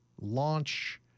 launch